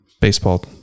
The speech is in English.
baseball